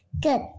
Good